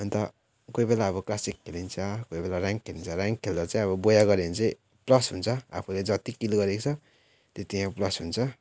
अन्त कोही बेला अब क्लासिक खेलिन्छ कोही बेला र्याङ्क खेलिन्छ र्याङ्क खेल्दा चाहिँ अब बोया गऱ्यो भने चाहिँ प्लस हुन्छ आफूले जति किल गरेको छ त्यति प्लस हुन्छ